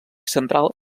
central